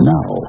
Now